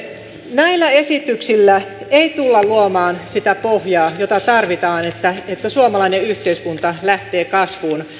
näillä esityksillä ei tulla luomaan sitä pohjaa jota tarvitaan että suomalainen yhteiskunta lähtee kasvuun